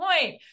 point